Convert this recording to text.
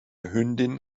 hündin